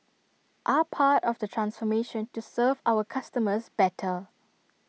are part of the transformation to serve our customers better